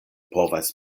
povas